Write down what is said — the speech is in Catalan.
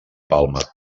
palma